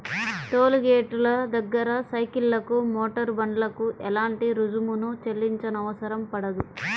toll గేటుల దగ్గర సైకిళ్లకు, మోటారు బండ్లకు ఎలాంటి రుసుమును చెల్లించనవసరం పడదు